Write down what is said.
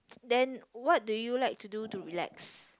then what do you like to do to relax